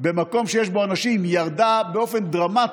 במקום שיש בו אנשים ירדה באופן דרמטי,